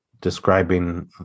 describing